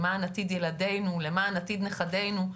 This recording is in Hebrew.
למען עתיד ילדינו ונכדנו.